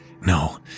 no